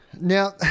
Now